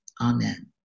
amen